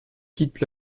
quitte